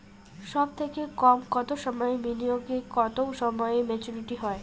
সবথেকে কম কতো সময়ের বিনিয়োগে কতো সময়ে মেচুরিটি হয়?